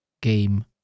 game